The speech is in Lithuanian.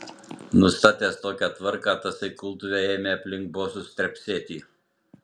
nustatęs tokią tvarką tasai kultuvė ėmė aplink bosus trepsėti